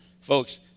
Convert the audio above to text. Folks